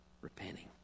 repenting